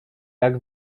jak